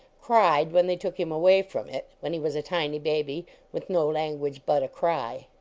cried when they took him away from it, when he was a tiny baby with no language but cry.